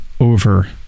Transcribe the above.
over